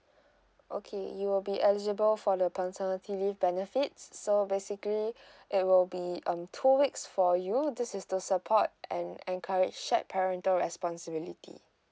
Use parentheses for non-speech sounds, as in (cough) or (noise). okay you will be eligible for the paternity leave benefits so basically (breath) it will be um two weeks for you this is the support and encourage shared parental responsibility